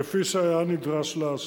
כפי שהיה נדרש לעשות.